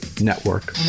Network